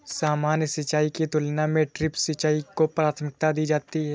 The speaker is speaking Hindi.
सामान्य सिंचाई की तुलना में ड्रिप सिंचाई को प्राथमिकता दी जाती है